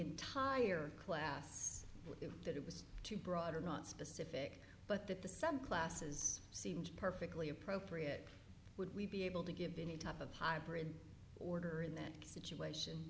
entire class that it was too broad or not specific but that the some classes seemed perfectly appropriate would we be able to give any type of hybrid order in that situation